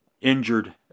Injured